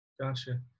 Gotcha